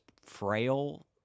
frail